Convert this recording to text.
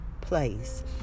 place